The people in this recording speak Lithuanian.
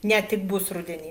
ne tik bus rudenį